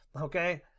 Okay